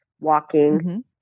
walking